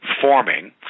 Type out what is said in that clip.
forming